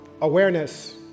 awareness